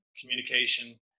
communication